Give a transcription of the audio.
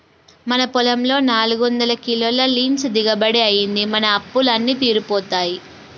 మన పొలంలో నాలుగొందల కిలోల లీన్స్ దిగుబడి అయ్యింది, మన అప్పులు అన్నీ తీరిపోతాయి